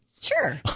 Sure